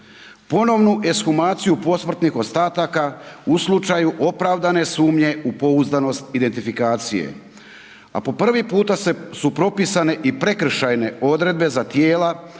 ponovnu ekshumaciju posmrtnih ostataka u slučaju opravdane sumnje u pouzdanost identifikacije, a po prvi puta se, su propisane i prekršajne odredbe za tijela,